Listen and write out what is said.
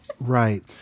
Right